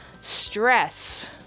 stress